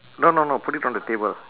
no no no put it on the table